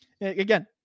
again